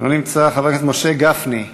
אינו נמצא, חבר הכנסת משה גפני,